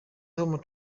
home